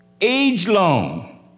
age-long